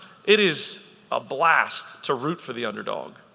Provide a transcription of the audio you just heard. it is a blast to root for the underdog.